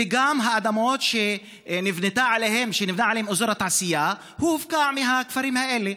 וגם האדמות שנבנה עליהם אזור התעשייה הופקעו מהכפרים האלה.